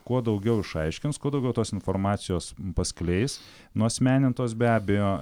kuo daugiau išaiškins kuo daugiau tos informacijos paskleis nuasmenintos be abejo